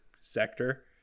sector